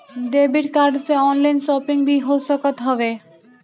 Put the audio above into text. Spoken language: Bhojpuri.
डेबिट कार्ड से ऑनलाइन शोपिंग भी हो सकत हवे